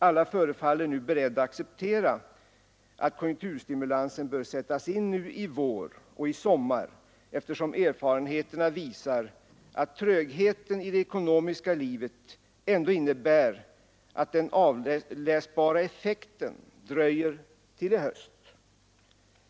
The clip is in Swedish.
Alla förefaller nu beredda acceptera att konjunkturstimulansen bör sättas in nu i vår och i sommar, eftersom erfarenheterna visar att trögheten i det ekonomiska livet ändå innebär att den avläsbara effekten dröjer till i höst.